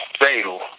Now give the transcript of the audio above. fatal